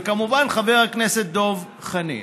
וכמובן חבר הכנסת דב חנין.